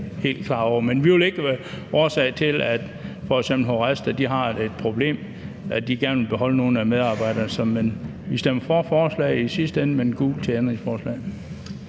Men vi vil ikke være årsag til, at f.eks. HORESTA får et problem, i forbindelse med at de gerne vil beholde nogle af medarbejderne. Vi stemmer for forslaget i sidste ende, men gult til ændringsforslaget.